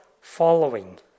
following